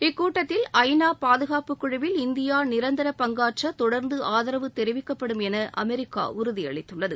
இக்கூட்டத்தில் ஐநா பாதுகாப்பு குகூழுவில் இந்தியா நிரந்தர பங்காற்ற தொடர்ந்து ஆதரவு தெரிவிக்கப்படும் என அமெரிக்கா உறுதி அளித்துள்ளது